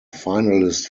finalist